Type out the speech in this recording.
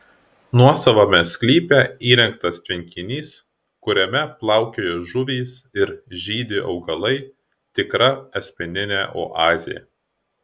nuosavame sklype įrengtas tvenkinys kuriame plaukioja žuvys ir žydi augalai tikra asmeninė oazė